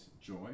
joy